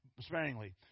sparingly